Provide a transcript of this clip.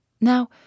Now